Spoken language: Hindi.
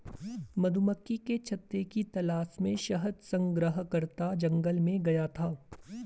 मधुमक्खी के छत्ते की तलाश में शहद संग्रहकर्ता जंगल में गया था